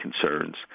concerns